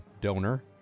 donor